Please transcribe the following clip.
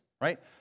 right